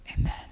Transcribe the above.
Amen